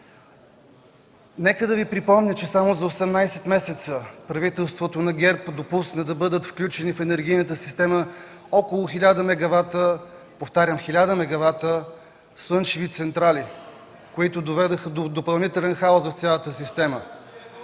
Нека да Ви припомня, че само за 18 месеца правителството на ГЕРБ допусна да бъдат включени в енергийната система около хиляда мегавата, повтарям хиляда мегавата, слънчеви централи, които доведоха до допълнителен хаос в цялата система.